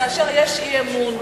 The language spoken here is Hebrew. כאשר יש אי-אמון,